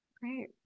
Great